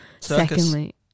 Secondly